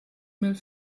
mail